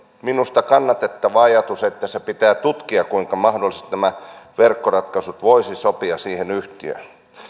minusta kannatettava ajatus ja pitää tutkia kuinka mahdollisesti nämä verkkoratkaisut voisivat sopia siihen yhtiöön